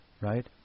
right